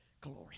Glory